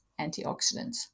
antioxidants